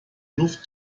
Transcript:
luft